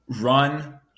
run